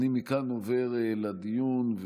מכאן אני עובר לדיון,